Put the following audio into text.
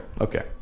Okay